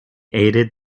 aided